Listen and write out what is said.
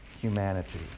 humanity